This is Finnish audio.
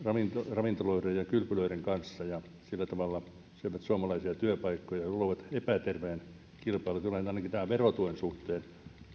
ravintoloiden ja kylpylöiden kanssa ja sillä tavalla syövät suomalaisia työpaikkoja ja luovat epäterveen kilpailutilanteen ainakin tämän verotuen suhteen